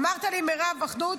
אמרת לי: מירב, אחדות.